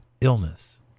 illness